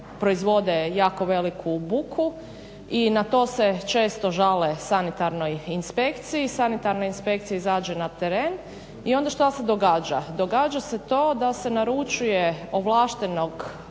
proizvode jako veliku buku i na to se često žale Sanitarnoj inspekciji. Sanitarna inspekcija izađe na teren i onda što se događa? Događa se to da se naručuje ovlaštenog